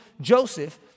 Joseph